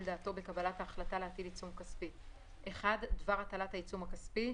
דעתו בקבלת דבר הטלת העיצום הכספי,